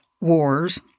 wars